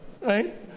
right